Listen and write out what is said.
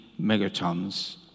megatons